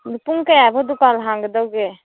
ꯄꯨꯡ ꯀꯌꯥ ꯐꯥꯎ ꯗꯨꯀꯥꯟ ꯍꯥꯡꯒꯗꯒꯦ